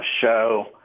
show